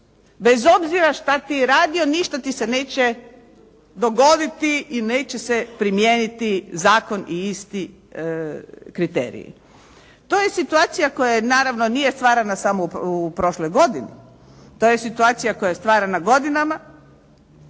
Bez obzira što ti radio, ništa ti se neće dogoditi i neće se primijeniti zakon i isti kriteriji. To je situacija koja naravno nije stvarana samo u prošloj godini, to je situacija koja je stvarana godinama.